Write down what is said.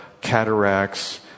cataracts